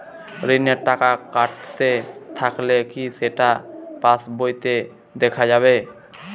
ঋণের টাকা কাটতে থাকলে কি সেটা পাসবইতে দেখা যাবে?